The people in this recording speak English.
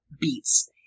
beats